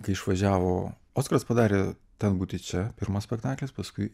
kai išvažiavo oskaras padarė ten būti čia pirmas spektaklis paskui